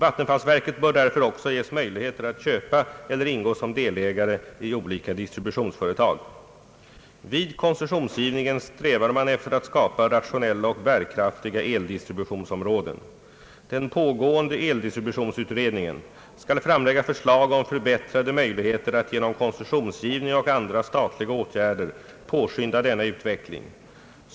Vattenfallsverket bör därför också ges möjligheter att köpa eller ingå som delägare i olika distributionsföretag. Vid koncessionsgivningen strävar man efter att skapa rationella och bärkraftiga eldistributionsområden. Den pågående eldistributionsutredningen skall framlägga förslag om förbättrade möjligheter att genom koncessionsgivning och andra statliga åtgärder påskynda denna utveckling.